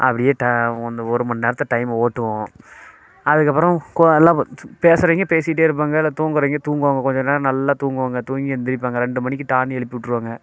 அப்படியே டா ஒன்று ஒரு மணி நேரத்தை டைம்மை ஓட்டுவோம் அதுக்கப்புறம் கொ எல்லாம் பேசறவங்க பேசிக்கிட்டே இருப்பாங்க இல்லை தூங்கறவங்க தூங்குவாங்க கொஞ்சம் நேரம் நல்லா தூங்குவாங்க தூங்கி எழுந்திரிப்பாங்க ரெண்டு மணிக்கு டான்னு எழுப்பி விட்டுருவாங்க